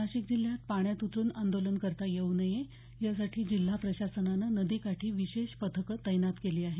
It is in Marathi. नाशिक जिल्ह्यात पाण्यात उतरून आंदोलन करता येऊ नये यासाठी जिल्हा प्रशासनानं नदीकाठी विशेष पथकं तैनात केली आहेत